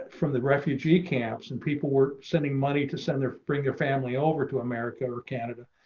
from the refugee camps and people were sending money to send their bring your family over to america or canada.